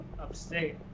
upstate